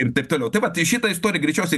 ir taip toliau tai va tai šita istorija greičiausiai